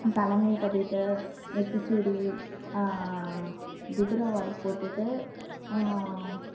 சலங்கையை கட்டிகிட்டு நெற்றிச்சூடி குதிரவால் போட்டுகிட்டு